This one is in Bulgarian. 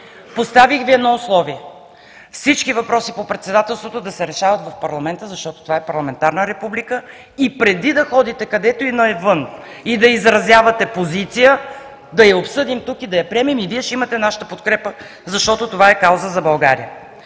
Поставих Ви едно условие – всички въпроси по председателството да се решават в парламента, защото това е парламентарна република и преди да ходите, където и да е навън, и да изразявате позиция, да я обсъдим тук и да я приемем, и Вие ще имате нашата подкрепа, защото това е кауза за България.